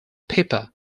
pepper